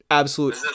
absolute